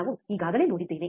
ನಾವು ಈಗಾಗಲೇ ನೋಡಿದ್ದೇವೆ